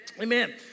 Amen